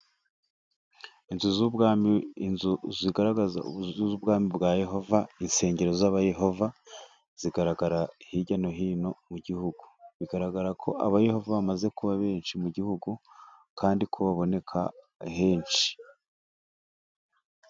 Inzu z'ubwami, inzu zigaragaza inzu z'ubwami bwa Yehova, insengero z'abayehova zigaragara hirya no hino mu gihugu, bigaragara ko abayehova bamaze kuba benshi mu gihugu, kandi ko baboneka henshi.